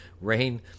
Rain